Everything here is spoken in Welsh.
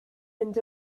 mynd